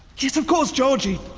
yes of course georgie,